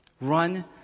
Run